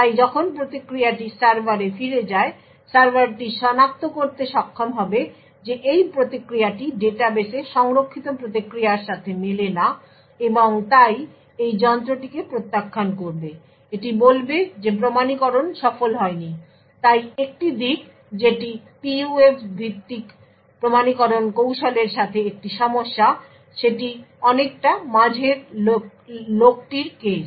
তাই যখন প্রতিক্রিয়াটি সার্ভারে ফিরে যায় সার্ভারটি সনাক্ত করতে সক্ষম হবে যে এই প্রতিক্রিয়াটি ডাটাবেসে সংরক্ষিত প্রতিক্রিয়ার সাথে মেলে না এবং তাই এটি যন্ত্রটিকে প্রত্যাখ্যান করবে এটি বলবে যে প্রমাণীকরণ সফল হয়নি তাই একটি দিক যেটি PUF ভিত্তিক প্রমাণীকরণ কৌশলের সাথে একটি সমস্যা সেটি অনেকটা মাঝের লোকটির কেস